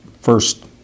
first